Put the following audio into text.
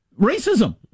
racism